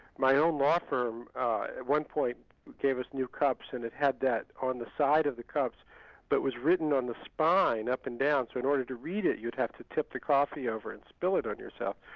my own law firm at one point gave us new cups and it had that on the side of the cups but was written on the spine up and down, so in order to read it, you'd have to tip the coffee over and spill it on yourself.